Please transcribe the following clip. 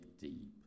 deep